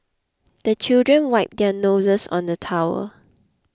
the children wipe their noses on the towel